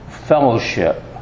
fellowship